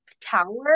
tower